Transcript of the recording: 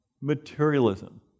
materialism